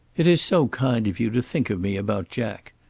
it is so kind of you to think of me about jack.